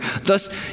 Thus